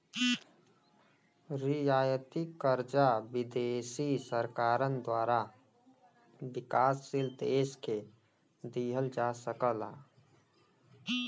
रियायती कर्जा विदेशी सरकारन द्वारा विकासशील देश के दिहल जा सकला